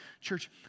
Church